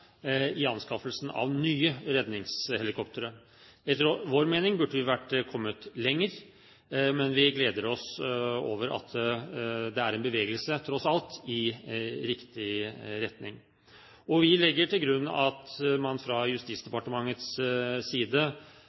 i anskaffelsen av nye redningshelikoptre. Etter vår mening burde vi ha kommet lenger, men vi gleder oss over at det er en bevegelse, tross alt, i riktig retning. Vi legger til grunn at man fra Justisdepartementets side